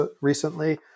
recently